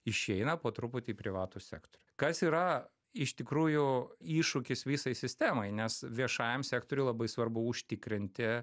išeina po truputį į privatų sektorių kas yra iš tikrųjų iššūkis visai sistemai nes viešajam sektoriui labai svarbu užtikrinti